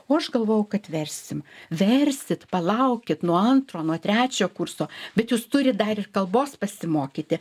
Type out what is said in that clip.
o aš galvojau kad versim versit palaukit nuo antro nuo trečio kurso bet jūs turit dar ir kalbos pasimokyti